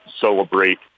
celebrate